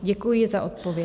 Děkuji za odpověď.